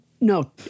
No